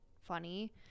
funny